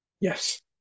Yes